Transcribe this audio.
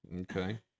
okay